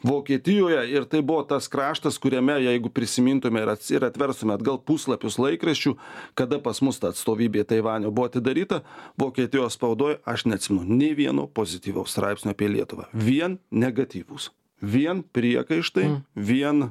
vokietijoje ir tai buvo tas kraštas kuriame jeigu prisimintume ir ir atverstume atgal puslapius laikraščių kada pas mus ta atstovybė taivanio buvo atidaryta vokietijos spaudoj aš neatsiimu nė vieno pozityvaus straipsnio apie lietuvą vien negatyvūs vien priekaištai vien